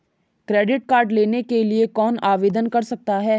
Credit card लेने के लिए कौन आवेदन कर सकता है?